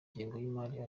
y’imari